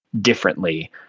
differently